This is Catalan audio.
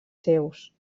seus